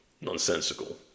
nonsensical